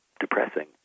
depressing